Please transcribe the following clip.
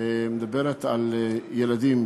מדברת על ילדים